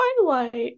twilight